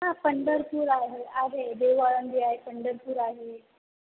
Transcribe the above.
हां पंढरपूर आहे आहे देहू आळंदी आहे पंढरपूर आहे